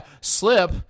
slip